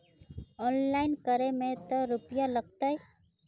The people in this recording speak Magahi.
ऑनलाइन करे में ते रुपया लगते?